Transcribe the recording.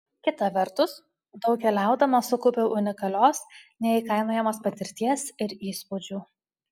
kita vertus daug keliaudama sukaupiau unikalios neįkainojamos patirties ir įspūdžių